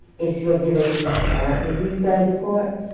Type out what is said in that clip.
its regulations aren't reviewed by the court,